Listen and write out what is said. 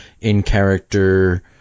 in-character